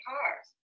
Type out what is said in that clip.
cars